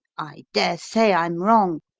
i dare say i'm wrong,